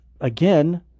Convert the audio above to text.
again